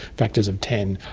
factors of ten.